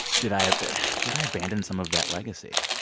did i but did i abandon some of that legacy?